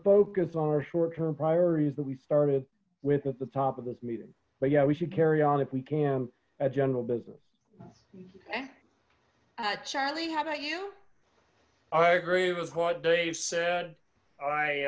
focus on our short term priorities that we started with at the top of this meeting but yeah we should carry on if we can at general business charlie how about you i agree with what dave said